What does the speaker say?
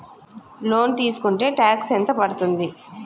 Loan తీస్కుంటే tax ఎంత పడ్తుంది?